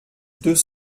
deux